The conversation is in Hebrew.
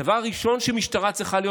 הדבר הראשון שמשטרה צריכה להיות,